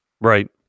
right